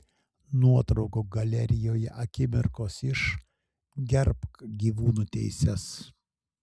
nuotraukų galerijoje akimirkos iš gerbk gyvūnų teises